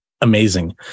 amazing